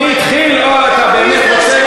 מי התחיל, מי התחיל?